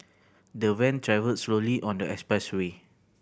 the van travelled slowly on the expressway